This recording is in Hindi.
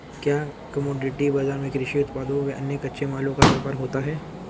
क्या कमोडिटी बाजार में कृषि उत्पादों व अन्य कच्चे मालों का व्यापार होता है?